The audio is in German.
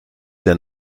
der